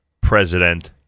President